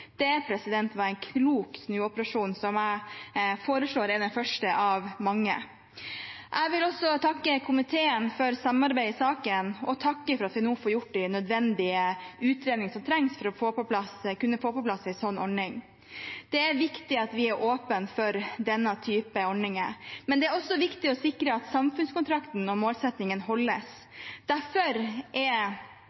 Det var en klok snuoperasjon, som jeg foreslår er den første av mange. Jeg vil også takke komiteen for samarbeidet i saken og takke for at vi nå får gjort de nødvendige utredningene som trengs for å kunne få på plass en slik ordning. Det er viktig at vi er åpne for denne typen ordninger, men det er også viktig å sikre at samfunnskontrakten og målsettingene holdes.